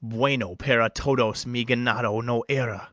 bueno para todos mi ganado no era